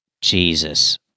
Jesus